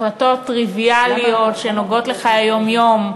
החלטות טריוויאליות שנוגעות לחיי היום-יום,